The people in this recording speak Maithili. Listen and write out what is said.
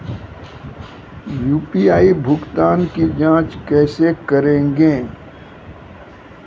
यु.पी.आई भुगतान की जाँच कैसे करेंगे?